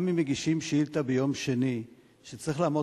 שגם אם מגישים שאילתא ביום שני צריך לעמוד